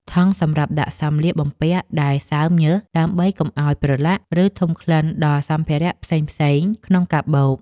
ថង់សម្រាប់ដាក់សម្លៀកបំពាក់ដែលសើមញើស ដើម្បីកុំឱ្យប្រឡាក់ ឬធំក្លិនដល់សម្ភារៈផ្សេងៗក្នុងកាបូប។